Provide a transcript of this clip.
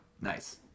Nice